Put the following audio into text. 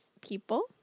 people